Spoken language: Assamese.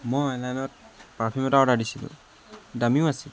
মই অনলাইনত পাৰফিউম এটা অৰ্ডাৰ দিছিলো দামীও আছিল